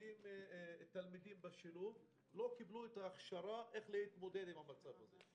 שמקבלים תלמידים בשילוב לא קיבלו הכשרה איך להתמודד עם המצב הזה.